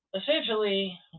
essentially